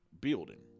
building